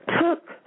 took